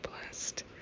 blessed